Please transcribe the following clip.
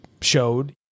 showed